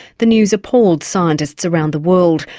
the news appalled scientists around the world.